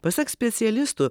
pasak specialistų